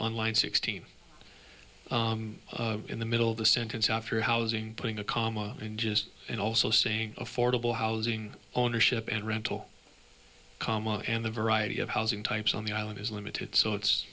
online sixteen in the middle of the sentence after housing putting a comma in just and also saying affordable housing ownership and rental comma and a variety of housing types on the island is limited so it's